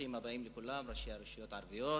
ברוכים הבאים לכולם, ראשי הרשויות הערביות